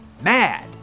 mad